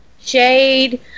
shade